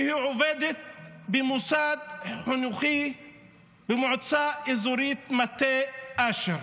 שהיא עובדת במוסד חינוכי במועצה אזורית מטה אשר.